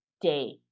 day